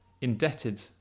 indebted